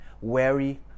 wary